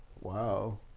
Wow